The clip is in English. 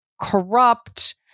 corrupt